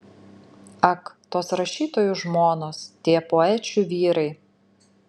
ak tos rašytojų žmonos tie poečių vyrai